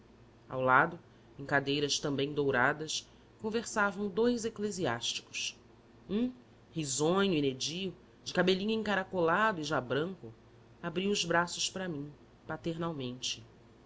ao lado em cadeiras também douradas conversavam dous eclesiásticos um risonho e nédio de cabelinho encaracolado e já branco abriu os braços para mim